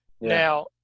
Now